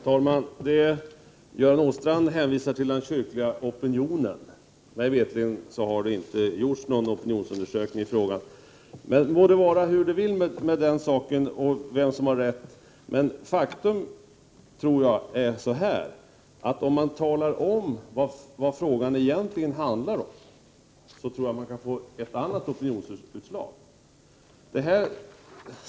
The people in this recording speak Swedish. Herr talman! Göran Åstrand hänvisar till den kyrkliga opinionen. Mig veterligen har det inte gjorts någon opinionsundersökning i frågan. Det må vara hur det vill med den saken och med vem som har rätt, men om man talar om vad frågan egentligen gäller, tror jag att man får ett annat opinionsutslag.